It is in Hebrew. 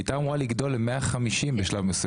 היא הייתה אמורה לגדול בשלב מסוים ל-150.